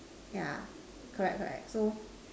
yeah correct correct so